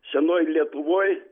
senoj lietuvoj